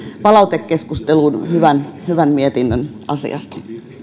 palautekeskusteluun hyvän hyvän mietinnön asiasta